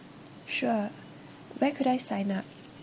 sure where could I sign up